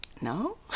no